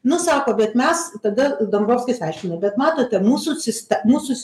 nu sako bet mes tada dombrovskis aiškino bet matote mūsų siste mūsų